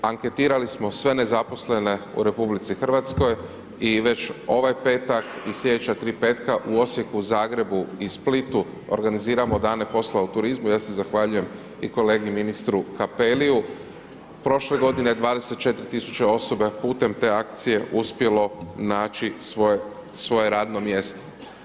Anketirali smo sve nezaposlene u RH i već ovaj petak i slijedeća tri petka u Osijeku, Zagrebu i Splitu organiziramo dane posla u turizmu, ja se zahvaljujem i kolegi ministru Cappelliu, prošle godine 24.000 osoba putem te akcije uspjelo naći svoje, svoje radno mjesto.